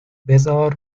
بذار